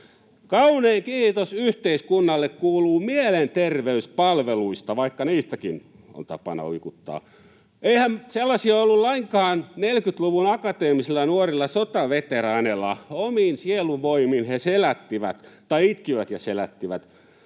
Kaunein kiitos yhteiskunnalle kuuluu mielenterveyspalveluista, vaikka niistäkin on tapana uikuttaa. Eihän sellaisia ollut lainkaan 40-luvun akateemisilla nuorilla sotaveteraaneilla. Omin sielunvoimin he selättivät tai itkivät ja selättivät